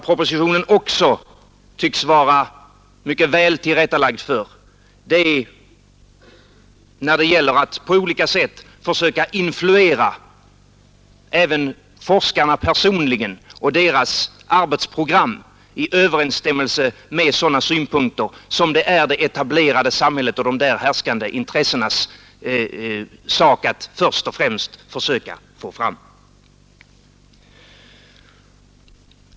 Propositionen synes också vara mycket väl tillrättalagd för att på olika sätt försöka influera även forskarna personligen och deras arbetsprogram i överensstämmelse med sådana synpunkter som det är det etablerade samhällets och de etablerade intressenas sak att först och främst försöka hävda.